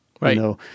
right